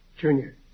Junior